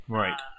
right